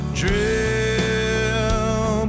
drill